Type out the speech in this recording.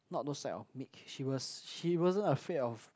not those side of meek she was she wasn't afraid of